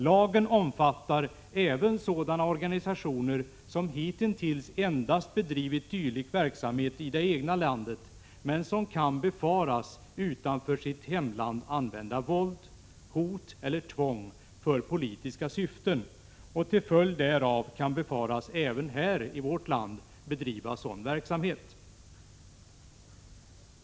Lagen omfattar även sådana organisationer som hitintills endast bedrivit dylik verksamhet i det egna landet, men som kan befaras utanför sitt hemland använda våld, hot eller tvång för politiska syften och till följd därav kan befaras även här i vårt land bedriva sådan verksamhet.